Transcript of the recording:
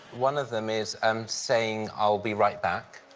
one of them is um saying, i'll be right back.